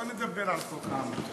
לא נדבר על חוק העמותות.